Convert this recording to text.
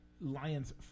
Lions